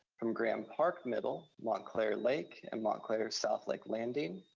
from graham park middle, montclair lake and montclair southlake landing.